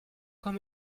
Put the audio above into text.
quand